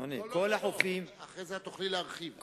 אחרי זה תוכלי להרחיב.